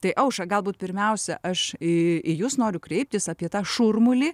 tai aušra galbūt pirmiausia aš į į jus noriu kreiptis apie tą šurmulį